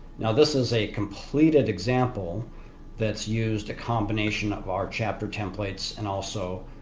now this is a completed example that's used a combination of our chapter templates and also